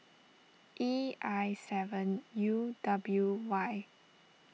E I seven U W Y